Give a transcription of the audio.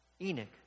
Enoch